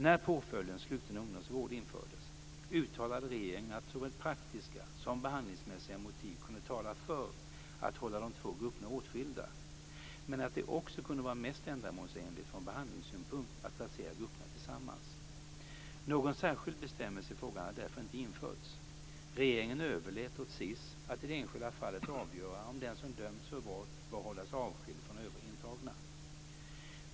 När påföljden sluten ungdomsvård infördes uttalade regeringen att såväl praktiska som behandlingsmässiga motiv kunde tala för att hålla de två grupperna åtskilda men att det också kunde vara mest ändamålsenligt från behandlingssynpunkt att placera grupperna tillsammans. Någon särskild bestämmelse i frågan har därför inte införts. Regeringen överlät åt SiS att i det enskilda fallet avgöra om den som dömts för brott bör hållas avskild från övriga intagna.